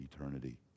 eternity